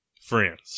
friends